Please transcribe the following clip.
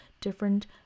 different